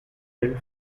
build